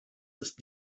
ist